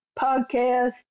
podcast